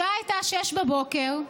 השעה הייתה 06:00, בבוקר,